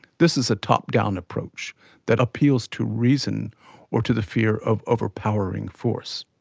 this is a top-down approach that appeals to reason or to the fear of overpowering force.